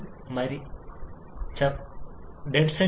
അത് മാറുന്നതിനനുസരിച്ച് മിശ്രിതത്തിന്റെ മൂല്യം മാറാം